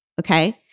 okay